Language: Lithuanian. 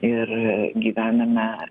ir gyvename